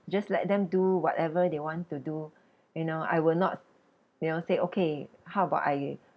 just let them do whatever they want to do you know I will not they all said okay how about I